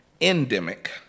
endemic